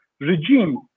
regime